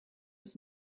des